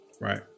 Right